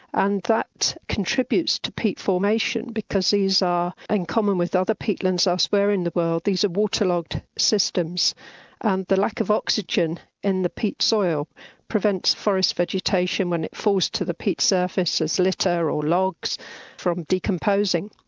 and that contributes to peat formation because these are in and common with other peatlands elsewhere in the world, these are waterlogged systems, and the lack of oxygen in the peat soil prevents forest vegetation when it falls to the peat surface as litter or logs from decomposing.